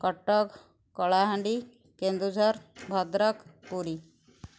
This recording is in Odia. କଟକ କଳାହାଣ୍ଡି କେନ୍ଦୁଝର ଭଦ୍ରକ ପୁରୀ